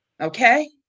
Okay